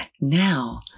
Now